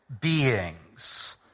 beings